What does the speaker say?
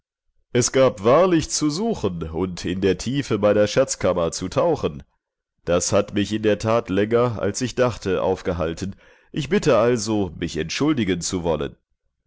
es gab wahrlich zu suchen und in die tiefe meiner schatzkammer zu tauchen das hat mich in der tat länger als ich dachte aufgehalten ich bitte also mich entschuldigen zu wollen